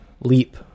leap